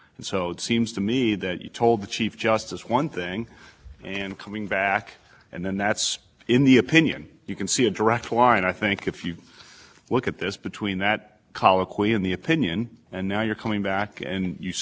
there is i don't think that anything in the supreme court's opinion requires an e p a to set an individual as cost threshold for a particular state which is what the petitioners here are asking for in fact i think that would be contrary to the primary holding